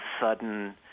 sudden